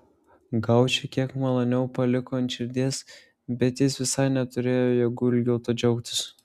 gaučiui kiek maloniau paliko ant širdies bet jis visai neturėjo jėgų ilgiau tuo džiaugtis